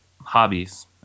hobbies